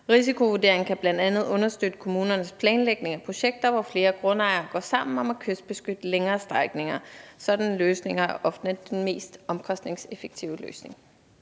Risikovurderingen kan bl.a. understøtte kommunernes planlægning af projekter, hvor flere grundejere går sammen om at kystbeskytte længere strækninger. Sådanne løsninger er ofte de mest omkostningseffektive løsninger.